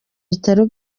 bitaro